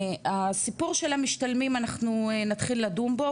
הסיפור של המשתלמים אנחנו נתחיל לדון בו